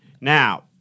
Now